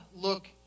look